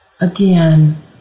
again